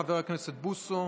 חבר הכנסת בוסו,